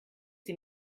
sie